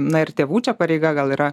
na ir tėvų čia pareiga gal yra